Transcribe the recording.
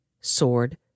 sword